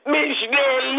Missionary